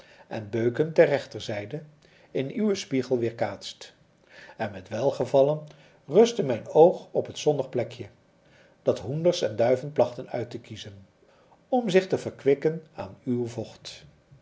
en beuken ter rechterzijde in uwen spiegel weerkaatst en met welgevallen rustte mijn oog op het zonnige plekje dat hoenders en duiven plachten uit te kiezen om zich te verkwikken aan uw vocht